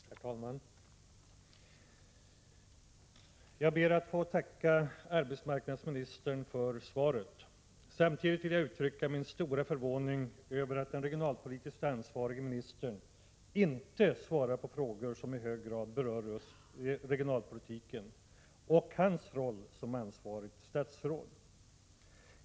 Herr talman! Jag ber att få tacka arbetsmarknadsministern för svaret. Samtidigt vill jag uttrycka min stora förvåning över att den regionalpoli "tiskt ansvarige ministern inte svarar på frågor som i hög grad berör just regionalpolitiken och hans roll som ansvarigt statsråd.